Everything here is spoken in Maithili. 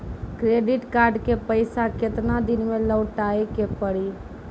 क्रेडिट कार्ड के पैसा केतना दिन मे लौटाए के पड़ी?